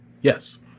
Yes